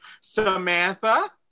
Samantha